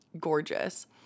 gorgeous